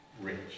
rich